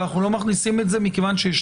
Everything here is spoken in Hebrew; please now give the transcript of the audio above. אבל אנחנו לא מכניסים את זה מכיוון שיש